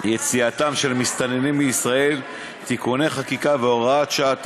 יציאתם של מסתננים מישראל (תיקוני חקיקה והוראות שעה),